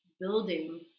building